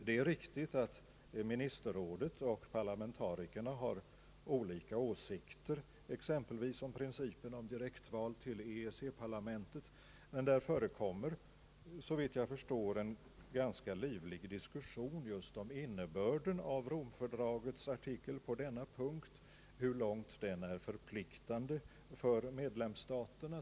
Det är riktigt att ministerrådet och parlamentarikerna har olika åsikter, exempelvis då det gäller principen om direktval till EEC-parlamentet, men där förekommer, såvitt jag förstår, en ganska livlig diskussion just om innebörden av Romfördragets artikel på denna punkt, hur långt den är förpliktande för medlemsstaterna.